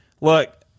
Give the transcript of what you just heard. look